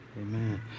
Amen